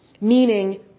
meaning